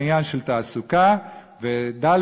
העניין של תעסוקה, וד.